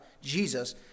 Jesus